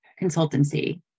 consultancy